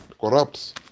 corrupts